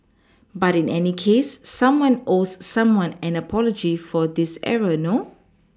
but in any case someone owes someone an apology for this error no